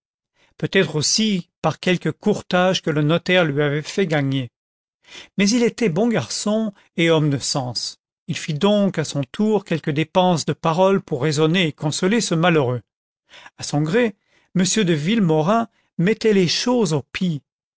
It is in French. peut-être aussi par quelques courtages que le notaire lui avait fait gagner mais il était bon garçon et homme de sens il fit donc à son tour quelque dépense de paroles pour raisonner et consoler ce malheureux a son gré m de villemaurin mettait les choses au pis